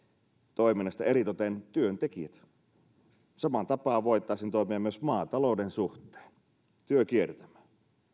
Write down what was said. toiminnasta eritoten työntekijät samaan tapaan voitaisiin toimia myös maatalouden suhteen työ kiertämään